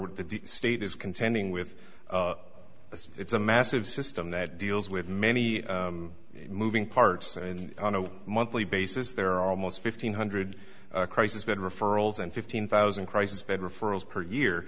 would the state is contending with this it's a massive system that deals with many moving parts and on a monthly basis there are almost fifteen hundred crisis bed referrals and fifteen thousand crisis bed referrals per year